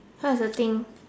what's the thing